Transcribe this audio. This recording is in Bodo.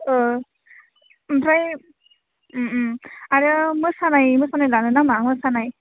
ओमफ्राय उम उम आरो मोसानाय मोसानाय लानो नामा मोसानाय